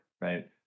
right